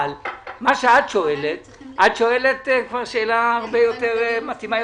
אבל חברת הכנסת הילה שי וזאן שואלת כבר שאלה שמתאימה הרבה יותר לתקציב.